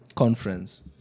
Conference